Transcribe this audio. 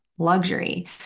luxury